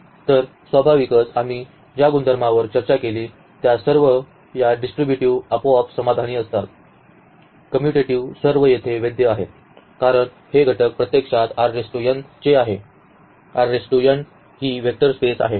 तर स्वाभाविकच आम्ही ज्या गुणधर्मांवर चर्चा केली त्या सर्व या डिस्ट्रीब्युटिव्ह आपोआप समाधानी असतात कॉम्यूटेटिव्ह सर्व येथे वैध आहेत कारण हे घटक प्रत्यक्षात चे आहेत ही वेक्टर स्पेस आहे